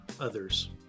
others